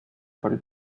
paul